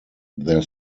their